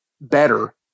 better